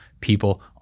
people